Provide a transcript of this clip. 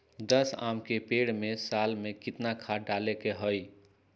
दस आम के पेड़ में साल में केतना खाद्य डाले के होई?